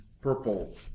purple